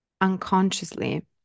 unconsciously